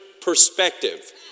perspective